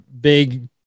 big